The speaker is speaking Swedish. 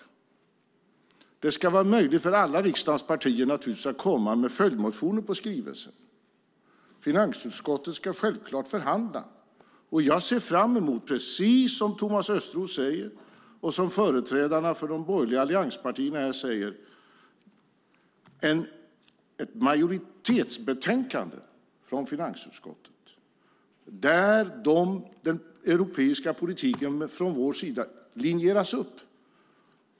Det ska naturligtvis vara möjligt för alla riksdagens partier att komma med följdmotioner på skrivelsen. Finansutskottet ska självklart förhandla. Jag ser fram emot, precis som Thomas Östros säger och som företrädarna för de borgerliga allianspartierna här säger, ett majoritetsbetänkande från finansutskottet där den europeiska politiken från vår sida linjeras upp.